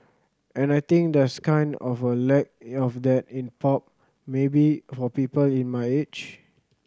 and I think there's kind of a lack of that in pop maybe for people in my age